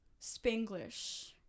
Spanglish